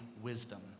wisdom